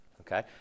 Okay